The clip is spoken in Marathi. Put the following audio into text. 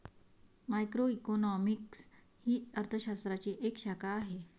मॅक्रोइकॉनॉमिक्स ही अर्थ शास्त्राची एक शाखा आहे